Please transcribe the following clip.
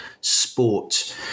sport